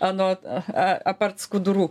anot a apart skudurų